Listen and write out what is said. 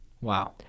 Wow